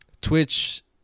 Twitch